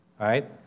right